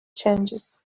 changes